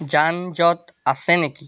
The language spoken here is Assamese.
যান জঁট আছে নেকি